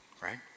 right